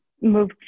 move